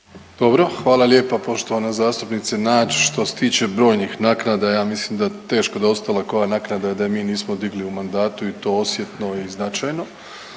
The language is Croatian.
Dobro. Hvala lijepo poštovana zastupnice Nađ. Što se tiče brojnih naknada ja mislim da teško da je ostala koja naknada, a da je mi nismo digli u mandatu i to osjetno i značajno.